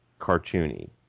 cartoony